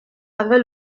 avec